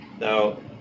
Now